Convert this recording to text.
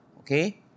Okay